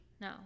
No